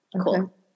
cool